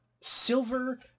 silver